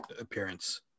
appearance